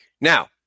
Now